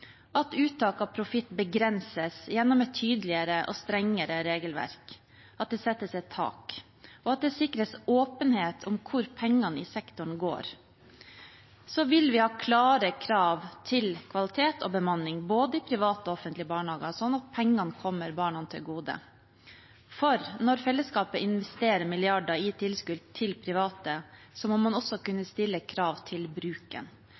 at uttak av profitt begrenses gjennom et tydeligere og strengere regelverk, at det settes et tak, og at det sikres åpenhet om hvor pengene i sektoren går. Vi vil også ha klare krav til kvalitet og bemanning, både i private og i offentlige barnehager, slik at pengene kommer barna til gode. For når fellesskapet investerer milliarder i tilskudd til private, må man også kunne stille krav til bruken.